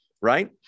right